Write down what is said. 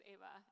Ava